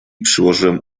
przyłożyłem